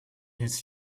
his